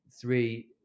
three